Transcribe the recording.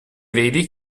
vedi